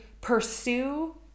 pursue